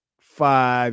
five